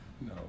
No